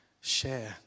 share